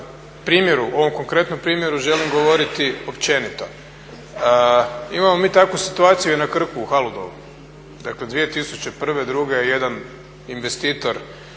ovom konkretnom primjeru želim govoriti općenito. Imamo mi takvu situaciju i na Krku u Haludovu. Dakle, 2001., druge je jedan investitor